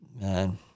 Man